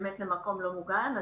למקום לא ממוגן.